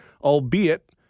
albeit